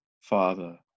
father